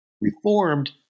reformed